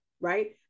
right